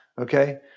okay